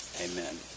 amen